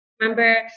remember